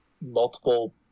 multiple